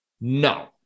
no